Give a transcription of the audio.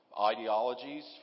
ideologies